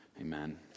Amen